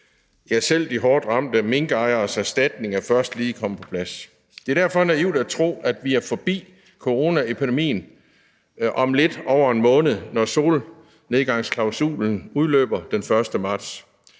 ja, selv de hårdt ramte minkejeres erstatning er først lige kommet på plads. Det er derfor naivt at tro, at vi er forbi coronaepidemien om lidt over en måned, når solnedgangsklausulen udløber den 1. marts.